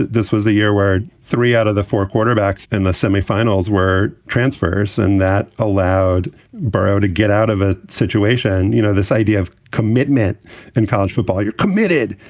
this was a year where three out of the four quarterbacks in the semifinals were transfers, and that allowed baro to get out of a situation you know, this idea of commitment in college football, you're committed.